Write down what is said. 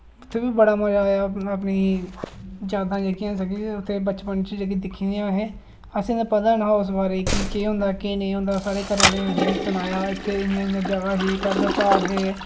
उत्थै बी बड़ा मजा आया तुस अपनी जादां जेह्कियां असें कि उत्थै बचपन च जेह्की दिक्खी दियां असें असें ते पता नेहा उस बारे कि केह् होंदा केह् नेईं होंदा साढ़े घरे आह्लें सनाया इत्थै इ'यां इ'यां जगह् ही पैह्लें पहाड़ हे